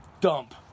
dump